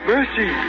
Mercy